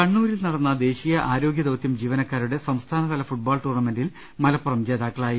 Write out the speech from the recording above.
കണ്ണൂരിൽ നടന്ന ദേശീയ ആരോഗ്യ ദൌത്യം ജീവനക്കാരുടെ സംസ്ഥാന തല ഫുട്ബോൾ ടൂർണ്ണമെന്റിൽ മലപ്പുറം ജേതാക്കളായി